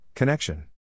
Connection